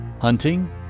hunting